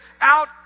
out